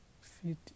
fit